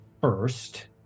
first